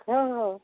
ହଁ ହଁ